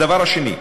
הדבר השני,